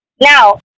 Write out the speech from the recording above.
Now